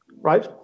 right